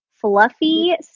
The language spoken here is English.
fluffy